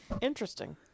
Interesting